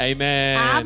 Amen